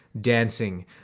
Dancing